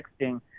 texting